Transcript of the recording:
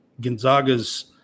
Gonzaga's